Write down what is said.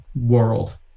world